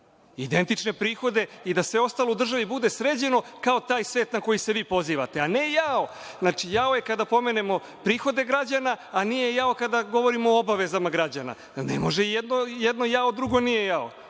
identične prihode i da sve ostalo u državi bude sređeno kao taj svet na koji se vi pozivate, a ne – jao. Znači, jao je kada pomenemo prihode građana, a nije jao kada govorimo o obavezama građana. Ne može jedno jao, a drugo nije jao.